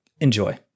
enjoy